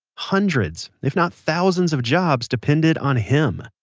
hundreds, if not thousands of jobs depended on him,